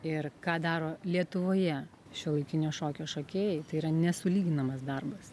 ir ką daro lietuvoje šiuolaikinio šokio šokėjai tai yra nesulyginamas darbas